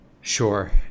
Sure